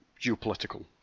geopolitical